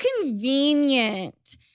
convenient